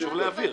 חשוב להבהיר.